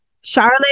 Charlotte